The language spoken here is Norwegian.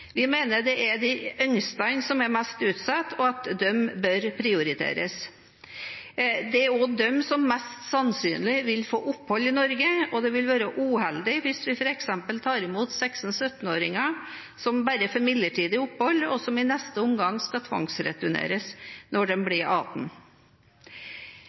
Vi mener det er de yngste som er mest utsatt, og at de bør prioriteres. Det er også de som mest sannsynlig vil få opphold i Norge, og det vil være uheldig hvis vi f.eks. tar imot 16–17-åringer som bare får midlertidig opphold, og som i neste omgang skal tvangsreturneres når